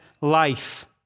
life